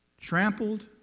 trampled